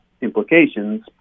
implications